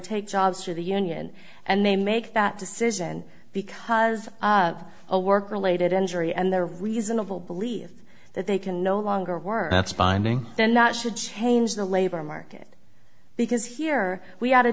take jobs through the union and they make that decision because a work related injury and their reasonable believe that they can no longer work that's binding then that should change the labor market because here we had a